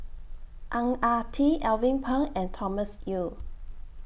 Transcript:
Ang Ah Tee Alvin Pang and Thomas Yeo